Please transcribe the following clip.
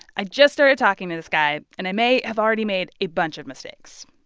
i just started talking to this guy, and i may have already made a bunch of mistakes.